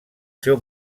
seu